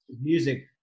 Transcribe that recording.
music